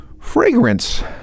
fragrance